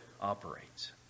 operates